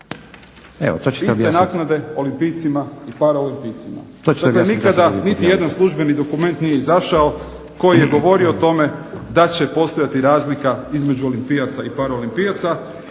Iste naknade olimpijcima i paraolimpijcima. Toga nikada, niti jedan službeni dokument nije izašao koji je govorio o tome da će postojati razlika između olimpijaca i paraolimpijaca